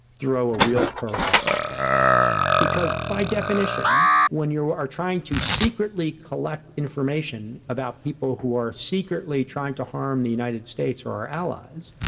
throw a real curveball there because by definition, when you're trying to secretly collect information about people who are secretly trying to harm the united states or our allies,